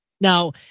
Now